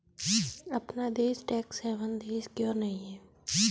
अपना देश tax haven देश क्यों नहीं है?